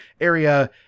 area